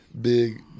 Big